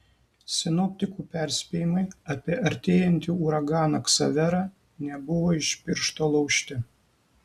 sinoptikų perspėjimai apie artėjantį uraganą ksaverą nebuvo iš piršto laužti